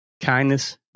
kindness